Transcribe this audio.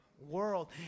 world